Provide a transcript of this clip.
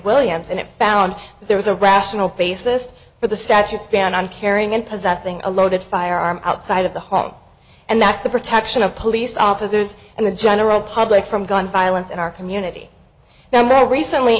williams and it found there was a rational basis for the statutes ban on carrying in possessing a loaded firearm outside of the hog and that the protection of police officers and the general public from gun violence in our community now may recently